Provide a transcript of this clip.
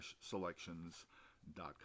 selections.com